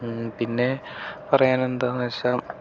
പിന്നെ പറയാനെന്താന്ന് വെച്ചാൽ